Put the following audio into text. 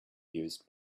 used